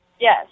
Yes